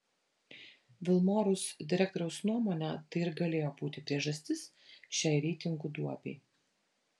vilmorus direktoriaus nuomone tai ir galėjo būti priežastis šiai reitingų duobei